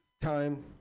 Time